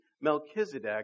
Melchizedek